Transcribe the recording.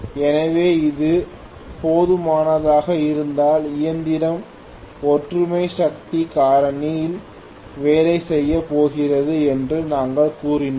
எனவே இது போதுமானதாக இருந்தால் இயந்திரம் ஒற்றுமை சக்தி காரணி இல் வேலை செய்யப் போகிறது என்று நாங்கள் கூறினோம்